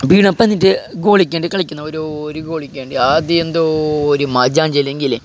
വീണപ്പം എന്നിട്ട് ഗോലിക്ക് വേണ്ടിട്ട് കളിക്കുന്ന ഒരു ഗോലിക്ക് വേണ്ടിട്ട് ആദ്യം എന്തോരം മജ്ജ എന്ന് വെച്ചിട്ടുണ്ടെങ്കിലേ